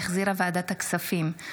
שהחזירה ועדת הכספים,